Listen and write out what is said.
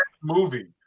Movie